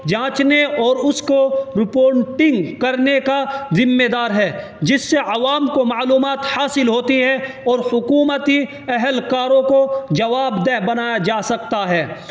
جانچنے اور اس کو رپونٹنگ کرنے کا ذمےدار ہے جس سے عوام کو معلومات حاصل ہوتی ہے اور حکومتی اہلکاروں کو جواب دہ بنایا جا سکتا ہے